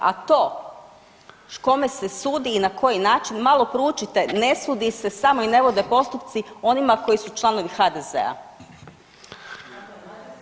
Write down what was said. A to kome se sudi i na koji način malo proučite ne sudi se samo i ne vode postupci onima koji su članovi HDZ-a.